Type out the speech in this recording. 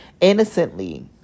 innocently